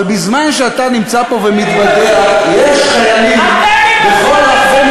אבל בזמן שאתה נמצא פה ומתבדח יש חיילים בכל רחבי